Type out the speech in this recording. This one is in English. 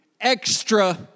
extra